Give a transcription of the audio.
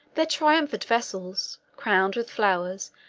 their triumphant vessels, crowned with flowers,